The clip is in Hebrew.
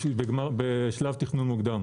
בשלב תכנון מוקדם.